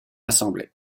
assemblée